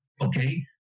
okay